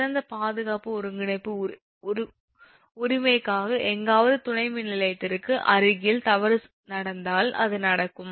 சிறந்த பாதுகாப்பு ஒருங்கிணைப்பு உரிமைக்காக எங்காவது துணை மின்நிலையத்திற்கு அருகில் தவறு நடந்தால் அது நடக்கும்